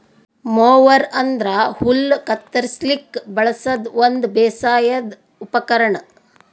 mower ಅಂದ್ರ ಹುಲ್ಲ್ ಕತ್ತರಸ್ಲಿಕ್ ಬಳಸದ್ ಒಂದ್ ಬೇಸಾಯದ್ ಉಪಕರ್ಣ್